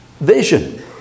vision